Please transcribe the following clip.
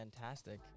fantastic